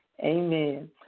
amen